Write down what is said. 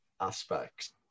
aspects